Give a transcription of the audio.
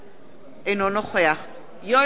אינו נוכח יואל חסון,